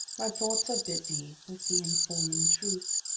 my thoughts are busy with the informing truth,